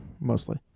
mostly